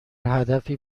هدفی